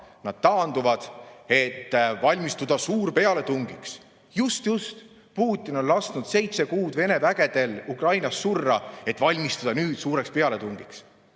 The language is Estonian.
nad taanduvad, et valmistuda suurpealetungiks. Just-just! Putin on lasknud seitse kuud Vene vägedel Ukrainas surra, et valmistuda nüüd suureks pealetungiks.